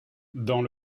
dans